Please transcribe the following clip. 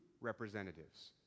representatives